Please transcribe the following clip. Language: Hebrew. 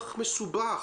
לתלמידים.